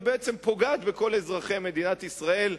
ובעצם פוגעת בכל אזרחי מדינת ישראל.